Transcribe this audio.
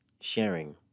sharing